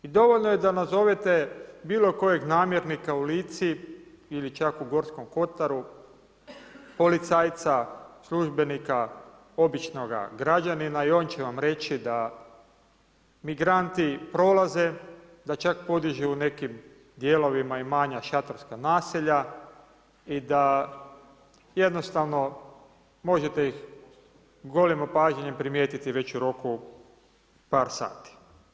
I dovoljno je da nazovete bilo kojeg namjernika u Lici ili čak u Gorskom Kotaru, policajca, službenika, običnoga građanina i on će vam reći da migranti prolaze, da čak podižu u nekim dijelovima i manja šatorska naselja i da jednostavno možete ih golim opažanjem primijetiti već u roku od par sati.